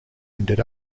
ended